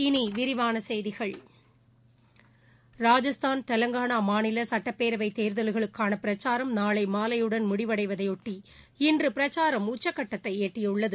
இனி விரிவான செய்திகள் ராஜஸ்தான் தெலங்கானா மாநில சட்டப்பேரவைத் தேர்தல்களுக்கான பிரச்சாரம் நாளை மாலையுடன் முடிவடைவதையொட்டி இன்று பிரச்சாரம் உச்சக்கட்டதை எட்டியுள்ளது